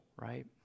right